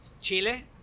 Chile